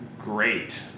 Great